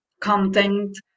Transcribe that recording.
content